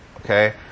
Okay